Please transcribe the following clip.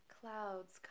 clouds